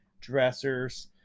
dressers